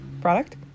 product